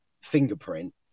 fingerprint